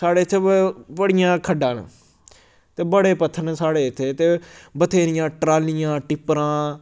साढ़े इत्थै ब बड़ियां खड्डां न ते बड़े पत्थर न साढ़े इत्थै ते बथेरियां ट्रालियां टिप्परां